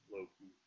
Loki